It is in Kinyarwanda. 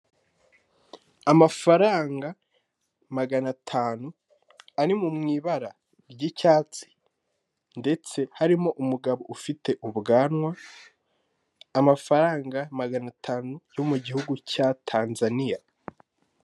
Abagabo n' numudamu bicaye yambaye ijire y'umuhondo irimo akarongo k'umukara asutse ibishuko byumukara, yambaye agashanete mu ijosi, imbere yabo kumeza hari agacupa k'amazi igitabo hejuru hariho bike.